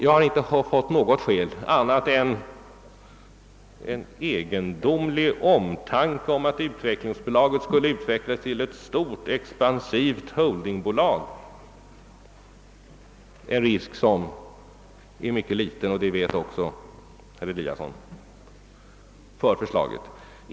Jag har inte fått höra något annat skäl för en sådan inställning än en egendomlig farhåga för att utvecklingsbolaget skulle utvecklas till ett stort, expansivt holdingbolag. Den risken är mycket liten, och det vet herr Eliasson i Sundborn.